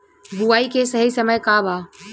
बुआई के सही समय का वा?